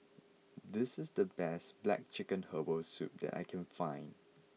this is the best Black Chicken Herbal Soup that I can find